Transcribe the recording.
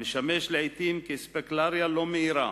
המשמש לעתים אספקלריה לא מאירה